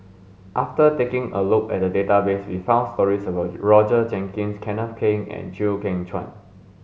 after taking a look at the database we found stories about Roger Jenkins Kenneth Keng and Chew Kheng Chuan